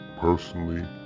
personally